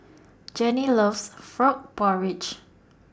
Janie loves Frog Porridge